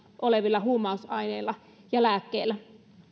olevilla huumausaineilla ja lääkkeillä